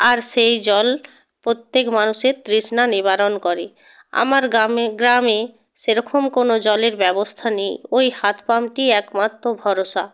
আর সেই জল প্রত্যেক মানুষের তৃষ্ণা নিবারণ করে আমার গ্রামে সেরকম কোনো জলের ব্যবস্থা নেই ওই হাত পাম্পটিই একমাত্র ভরসা